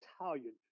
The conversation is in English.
Italian